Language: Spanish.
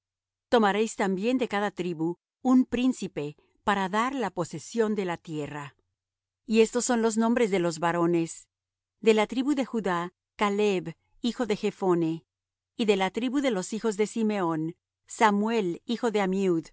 tomaréis también de cada tribu un príncipe para dar la posesión de la tierra y estos son los nombres de los varones de la tribu de judá caleb hijo de jephone y de la tribu de los hijos de simeón samuel hijo de